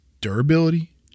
durability